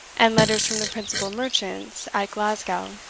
and letters from the principal merchants at glasgow,